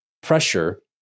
pressure